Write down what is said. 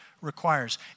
requires